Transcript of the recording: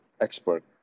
expert